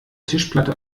tischplatte